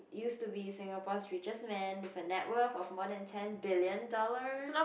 used to be Singapore's richest man with a net worth of ten billion dollars